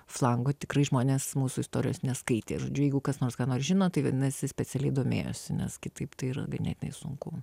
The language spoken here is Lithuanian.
flango tikrai žmonės mūsų istorijos neskaitė žodžiu jeigu kas nors ką nors žino tai vadinasi specialiai domėjosi nes kitaip tai yra ganėtinai sunku